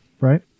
right